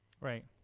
Right